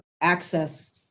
access